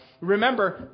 Remember